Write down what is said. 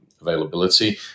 availability